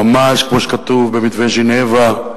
ממש כמו שכתוב במתווה ז'נבה,